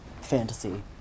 fantasy